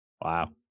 Wow